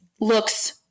looks